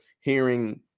hearing